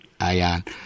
Ayan